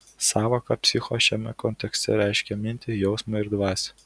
sąvoka psicho šiame kontekste reiškia mintį jausmą ir dvasią